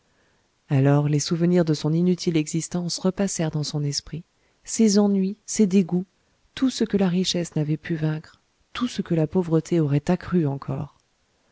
alors les souvenirs de son inutile existence repassèrent dans son esprit ses ennuis ses dégoûts tout ce que la richesse n'avait pu vaincre tout ce que la pauvreté aurait accru encore